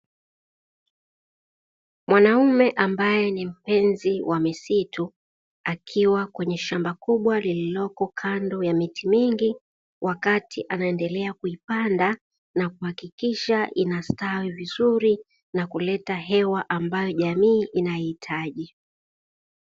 Mwanaume ambaye ni mpenzi wa misitu akiwa katika shamba kubwa kando ya eneo lenye miti mingi, wakati anaendelea kuopanda na kuhakikisha inastawi vizuri na kuleta hewa jamii inayoihitaji.